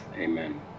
Amen